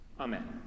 Amen